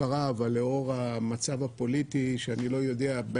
סדר-היום: שינויים בתקציב הכנסת בשנת 2022. מנכ"ל הכנסת,